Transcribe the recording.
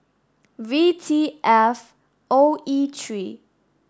V T F O E three